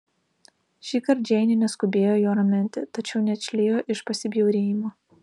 šįkart džeinė neskubėjo jo raminti tačiau neatšlijo iš pasibjaurėjimo